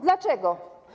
Dlaczego?